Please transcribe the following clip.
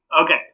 Okay